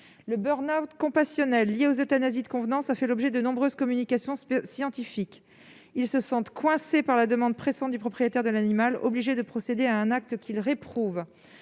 Le burn-out compassionnel lié aux euthanasies de convenance a fait l'objet de nombreuses communications scientifiques. Les vétérinaires se sentent coincés par la demande pressante du propriétaire de l'animal et obligés de procéder à un acte qu'ils réprouvent.